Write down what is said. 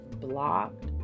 blocked